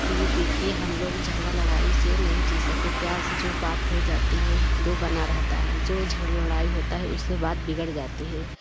की देखिए हम लोग झगड़ा लड़ाई से नहीं जी सकते प्यार से जो बात हो जाती है तो बना रहता है जो झगड़ा लड़ाई होता है उससे बात बिगड़ जाती है